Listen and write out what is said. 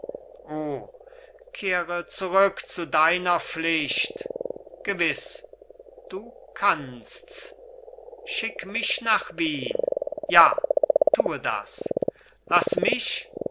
kehre zurück zu deiner pflicht gewiß du kannsts schick mich nach wien ja tue das laß mich